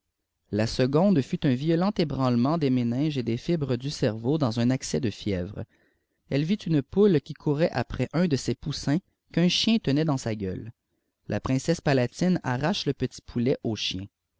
la seconde fut un violent ébranlement des méninges et des fibres du cerveau dans un accès de fièvre elle vit une poule qui courait après un de ses poussins qu'un chien tenait dans sa gueule i grincesse palatine arrache le petit poulet au chien